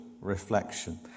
reflection